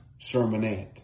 sermonette